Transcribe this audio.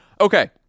okay